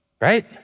right